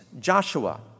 Joshua